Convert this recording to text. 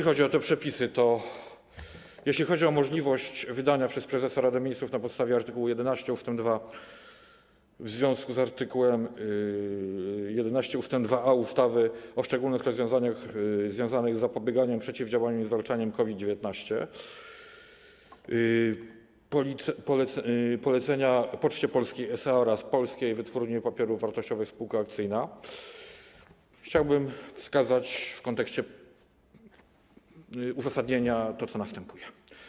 Co do przepisów, to jeśli chodzi o możliwość wydania przez prezesa Rady Ministrów, na podstawie art. 11 ust. 2, w związku z art. 11 ust. 2a ustawy o szczególnych rozwiązaniach związanych z zapobieganiem, przeciwdziałaniem i zwalczaniem COVID-19, polecenia Poczcie Polskiej SA oraz Polskiej Wytwórni Papierów Wartościowych Spółka Akcyjna, chciałbym wskazać w kontekście uzasadnienia to, co następuje.